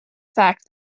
fact